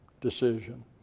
decision